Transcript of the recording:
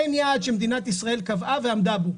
אין יעד שמדינת ישראל קבעה ועמדה בו.